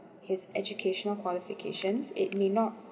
his educational qualifications it may not